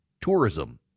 tourism